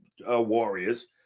warriors